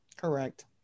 correct